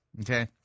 Okay